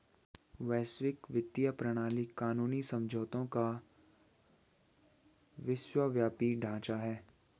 वैश्विक वित्तीय प्रणाली कानूनी समझौतों का विश्वव्यापी ढांचा है